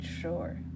sure